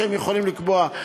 כך שהם יכולים לקבוע.